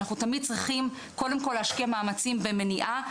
אנחנו תמיד צריכים קודם כל להשקיע מאמצים במניעה,